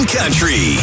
country